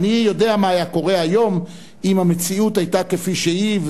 אני יודע מה היה קורה היום אם המציאות היתה כפי שהיא,